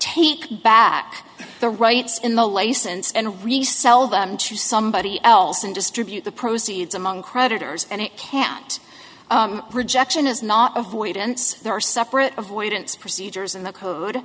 take back the rights in the license and resell them to somebody else and distribute the proceeds among creditors and it can't rejection is not avoidance there are separate avoidance procedures and the code